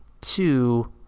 two